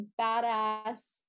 badass